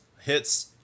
hits –